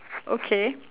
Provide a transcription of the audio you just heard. okay